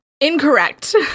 Incorrect